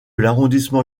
l’arrondissement